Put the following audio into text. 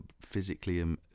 physically